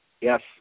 Yes